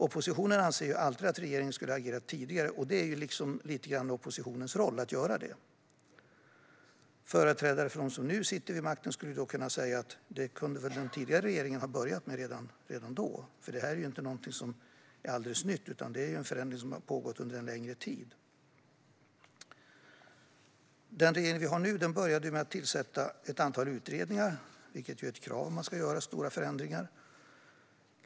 Oppositionen anser alltid att regeringen skulle ha agerat tidigare, och det är lite grann oppositionens roll att göra det. Företrädare för dem som nu sitter vid makten skulle kunna säga att den tidigare regeringen väl kunde ha börjat med detta redan då; det är nämligen inget som är alldeles nytt, utan det är en förändring som har pågått under en längre tid. Den regering vi har nu började med att tillsätta ett antal utredningar, vilket ju är ett krav om man ska göra stora förändringar.